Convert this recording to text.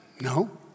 no